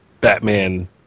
Batman